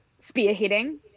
spearheading